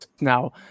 now